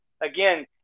Again